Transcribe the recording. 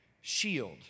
shield